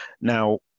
now